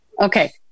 Okay